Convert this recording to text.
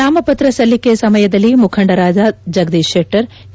ನಾಮಪತ್ರ ಸಲ್ಲಿಕೆ ಸಮಯದಲ್ಲಿ ಮುಖಂಡರಾದ ಜಗದೀಶ್ ಶೆಟ್ಟರ್ ಕೆ